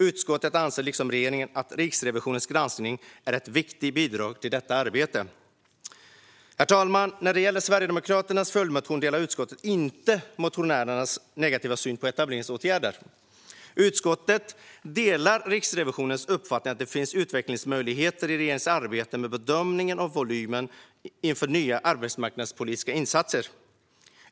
Utskottet anser liksom regeringen att Riksrevisionens granskning är ett viktigt bidrag till detta arbete. Herr talman! När det gäller Sverigedemokraternas följdmotion delar utskottet inte motionärernas negativa syn på etableringsåtgärder. Utskottet delar Riksrevisionens uppfattning att det finns utvecklingsmöjligheter i regeringens arbete med bedömning av volymen inför nya arbetsmarknadspolitiska insatser.